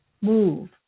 Move